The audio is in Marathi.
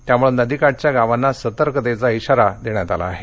त्यामुळ नदीकाठच्या गावांना सतर्कतेचा इशारा देण्यात आला आहे